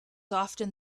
often